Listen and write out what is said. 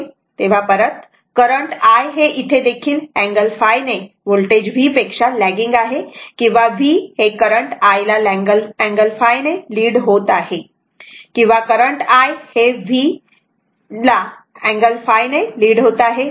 तेव्हा परत current i हे इथे देखील अँगल ϕ ने वोल्टेज v पेक्षा लेगिंग आहे किंवा v हे करंट i ला अँगल ϕ ने लीड होत आहे किंवा करंट i हे Vϕ ने लीड होत आहे